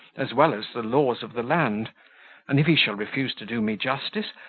as well as the laws of the land and if he shall refuse to do me justice,